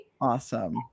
Awesome